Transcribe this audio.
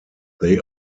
they